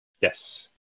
Yes